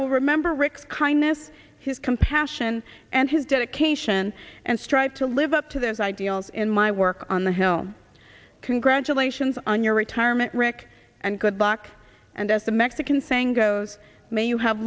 will remember rick's kindness his compassion and his dedication and strive to live up to those ideals in my work on the hill congratulations on your retirement rick and good luck and as the mexican saying goes may you have